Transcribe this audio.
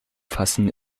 fassen